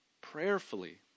prayerfully